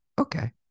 okay